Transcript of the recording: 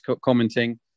commenting